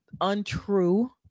untrue